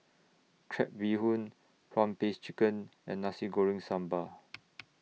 Crab Bee Hoon Prawn Paste Chicken and Nasi Goreng Sambal